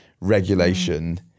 Regulation